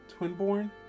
Twinborn